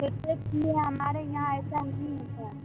تو چیک کیے ہمارے یہاں ایسا نہیں ہوتا ہے